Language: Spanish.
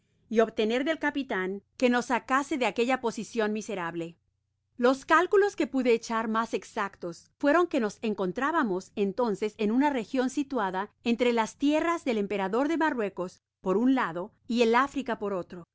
y obtener del capitan que nos sacase de aquella posicion miserable los cálculos que pude echar mas exactos fueron que nos encontrábamos entonces en una region situada entre las tierras del emperador de marruecos por un lado y el africa por otro